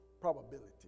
probability